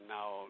now